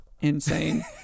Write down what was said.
insane